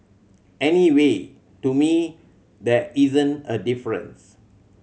anyway to me there isn't a difference